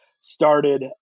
started